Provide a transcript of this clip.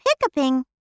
hiccuping